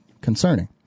concerning